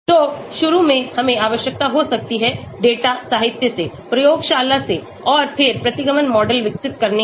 तो शुरू में हमें आवश्यकता हो सकती है डाटा साहित्य से प्रयोगशाला से और फिर प्रतिगमन मॉडल विकसित करने की